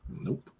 Nope